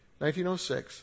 1906